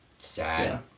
sad